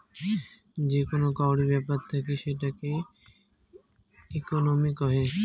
যে কোন কাউরি ব্যাপার থাকি সেটাকে ইকোনোমি কহে